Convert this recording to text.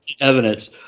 evidence